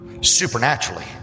supernaturally